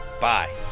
Bye